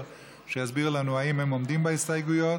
והוא יסביר לנו אם הם עומדים בהסתייגויות,